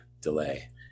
delay